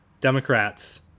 Democrats